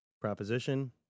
proposition